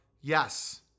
Yes